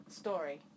story